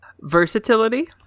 Versatility